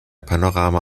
panorama